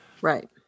Right